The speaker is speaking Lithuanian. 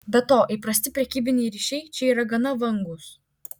be to įprasti prekybiniai ryšiai čia yra gana vangūs